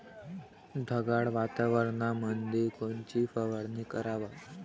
ढगाळ वातावरणामंदी कोनची फवारनी कराव?